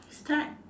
start